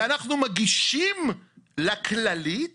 ואנחנו מגישים לכללית